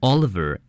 Oliver